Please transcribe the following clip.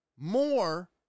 More